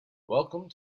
welcome